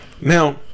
now